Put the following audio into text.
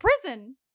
prison